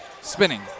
Spinning